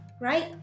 right